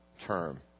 term